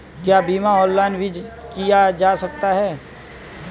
क्या बीमा ऑनलाइन भी किया जा सकता है?